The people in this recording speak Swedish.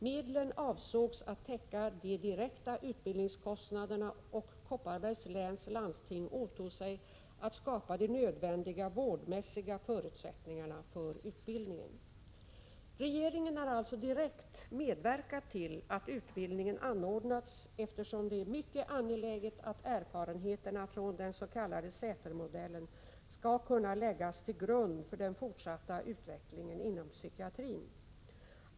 Medlen avsågs att täcka de direkta utbildningskostnaderna, och Kopparbergs läns landsting åtog sig att skapa de nödvändiga vårdmässiga förutsättningarna för utbildningen. Regeringen har alltså direkt medverkat till att utbildningen har anordnats, eftersom det är mycket angeläget att erfarenheterna från den s.k. Sätermodellen skall kunna läggas till grund för den fortsatta utvecklingen inom psykiatrin.